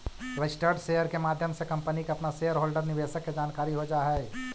registered share के माध्यम से कंपनी के अपना शेयर होल्डर निवेशक के जानकारी हो जा हई